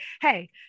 hey